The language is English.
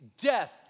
death